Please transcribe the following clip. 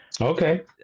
okay